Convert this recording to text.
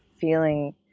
feeling